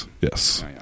Yes